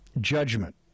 judgment